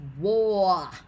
war